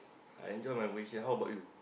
I enjoy my position how about you